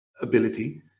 ability